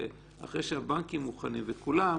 שאחרי שהבנקים וכולם מוכנים,